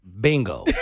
Bingo